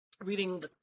reading